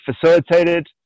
facilitated